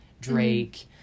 Drake